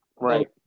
Right